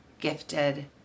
gifted